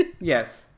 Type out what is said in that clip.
yes